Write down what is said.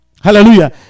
hallelujah